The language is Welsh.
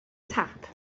tap